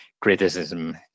criticism